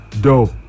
Dope